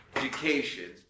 Education